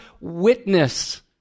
witness